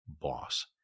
boss